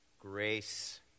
grace